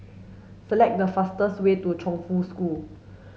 select the fastest way to Chongfu School